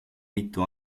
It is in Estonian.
mitu